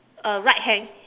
uh right hand